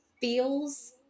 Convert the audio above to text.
feels